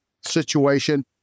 situation